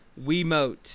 Wiimote